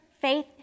Faith